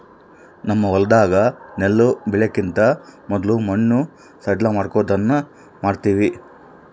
ನಮ್ಮ ಹೊಲದಾಗ ನೆಲ್ಲು ಬೆಳೆಕಿಂತ ಮೊದ್ಲು ಮಣ್ಣು ಸಡ್ಲಮಾಡೊದನ್ನ ಮಾಡ್ತವಿ